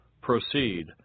Proceed